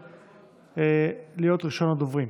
מזמין את חבר הכנסת יולי יואל אדלשטיין להיות ראשון הדוברים.